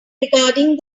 regarding